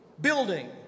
Building